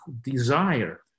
desire